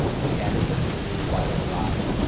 she added, looking at me with wide-open eyes,